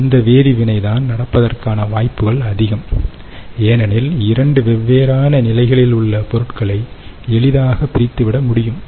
அந்த வேதிவினை தான் நடப்பதற்கான வாய்ப்புகள் அதிகம் ஏனெனில் இரண்டு வெவ்வேறான நிலைகளில் உள்ள பொருட்களை எளிதாக பிரித்துவிட முடியும்